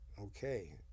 Okay